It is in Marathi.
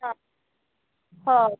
हां होय